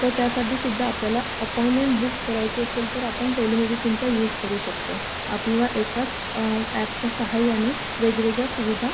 तर त्यासाठी सुद्धा आपल्याला अपॉईनमेंट बुक करायची असेल तर आपण टेलीमेडिसिनचा यूज करू शकतो आपल्याला एकाच ॲपच्या साहाय्याने वेगवेगळ्या सुविधा